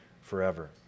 forever